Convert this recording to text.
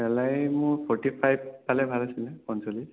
salary মোৰ forty five পালে ভাল আছিলে পঞ্চল্লিছ